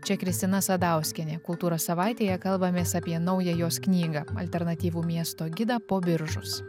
čia kristina sadauskienė kultūros savaitėje kalbamės apie naują jos knygą alternatyvų miesto gidą po biržus